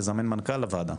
לזמן מנכ"ל לוועדה.